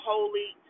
Holy